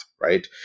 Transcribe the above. right